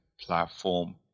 platform